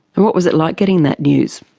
what was it like, getting that news?